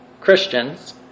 Christians